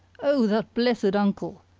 oh, that blessed uncle!